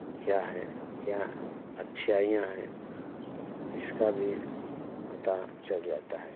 क्या है क्या अच्छाइयाँ हैं इसका भी पता चल जाता है